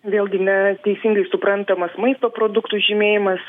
vėlgi neteisingai suprantamas maisto produktų žymėjimas